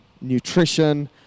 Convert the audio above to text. nutrition